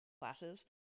classes